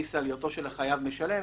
גיסא לתת ביטוי להיותו של החייב משלם,